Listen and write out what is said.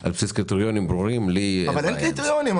על בסיס קריטריונים ברורים- -- אבל אין קריטריונים.